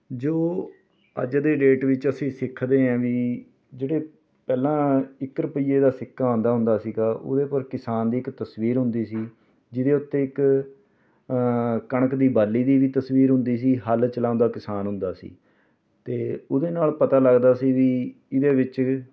ਜੋ ਅੱਜ ਦੇ ਡੇਟ ਵਿੱਚ ਅਸੀਂ ਸਿੱਖਦੇ ਹੈ ਵੀ ਜਿਹੜੇ ਪਹਿਲਾਂ ਇੱਕ ਰੁਪਈਏ ਦਾ ਸਿੱਕਾ ਆਉਂਦਾ ਹੁੰਦਾ ਸੀਗਾ ਉਹਦੇ ਪਰ ਕਿਸਾਨ ਦੀ ਇੱਕ ਤਸਵੀਰ ਹੁੰਦੀ ਸੀ ਜਿਹਦੇ ਉੱਤੇ ਇੱਕ ਕਣਕ ਦੀ ਬਾਲੀ ਦੀ ਵੀ ਤਸਵੀਰ ਹੁੰਦੀ ਸੀ ਹੱਲ ਚਲਾਉਂਦਾ ਕਿਸਾਨ ਹੁੰਦਾ ਸੀ ਅਤੇ ਉਹਦੇ ਨਾਲ ਪਤਾ ਲੱਗਦਾ ਸੀ ਵੀ ਇਹਦੇ ਵਿੱਚ